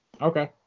Okay